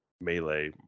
melee